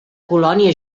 colònia